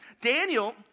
Daniel